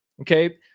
okay